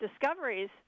discoveries